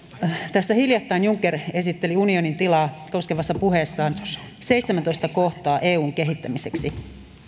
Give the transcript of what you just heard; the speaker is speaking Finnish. tässä hiljattain juncker esitteli unionin tilaa koskevassa puheessaan seitsemästoista kohtaa eun kehittämiseksi